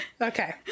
Okay